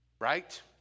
Right